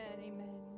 Amen